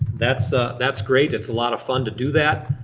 that's ah that's great. it's a lot of fun to do that.